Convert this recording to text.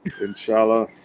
inshallah